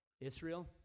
Israel